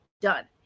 done